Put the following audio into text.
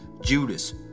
Judas